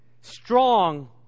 strong